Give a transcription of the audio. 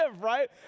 right